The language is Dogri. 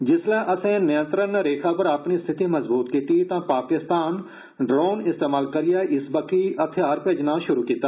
जिसलै असे नियंत्रण रेखा पर अपनी स्थिति मजबूत कीती तां पाकिस्तान नै ड्रोन इस्तेमाल करियै इस बक्खी हथियार भेजना शुरु कीता